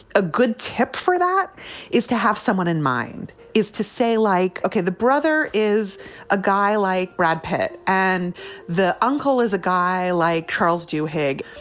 a good tip for that is to have someone in mind is to say, like, ok, the brother is a guy like brad pitt and the uncle is a guy like charles du hegg.